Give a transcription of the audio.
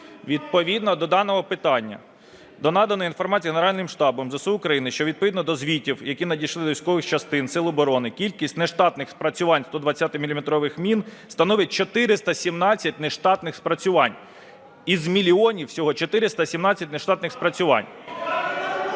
Відповідно до даного питання. До наданої інформації Генеральним штабом ЗСУ України, що відповідно до звітів, які надійшли від військових частин сил оборони, кількість нештатних спрацювань 120-міліметрових мін становить 417 нештатних спрацювань, із мільйонів – всього 417 нештатних спрацювань.